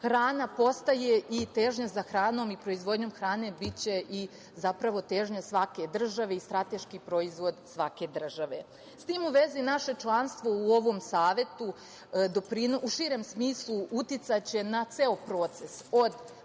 hrana postaje i težnja za hranom i proizvodnjom hrane biće i zapravo težnja svake države i strateški proizvod svake države. S tim u vezi, naše članstvo u ovom savetu, u širem smislu, uticaće na ceo proces,